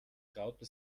traute